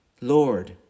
Lord